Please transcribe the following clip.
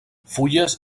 fulles